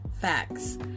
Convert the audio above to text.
facts